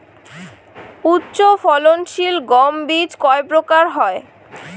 উচ্চ ফলন সিল গম বীজ কয় প্রকার হয়?